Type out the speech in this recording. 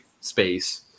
space